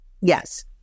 Yes